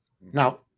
Now